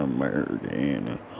American